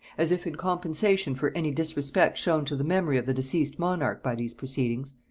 as if in compensation for any disrespect shown to the memory of the deceased monarch by these proceedings,